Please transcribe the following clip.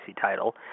title